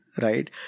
right